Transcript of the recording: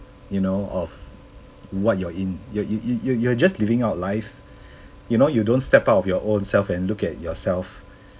you know of what you're in y~ y~ y~ y~ y~ you're just living out life you know you don't step out of your own self and look at yourself